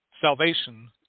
salvation